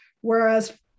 Whereas